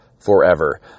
forever